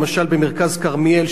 למשל במרכז כרמיאל,